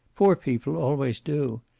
poor people always do.